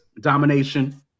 Domination